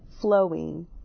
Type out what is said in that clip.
flowing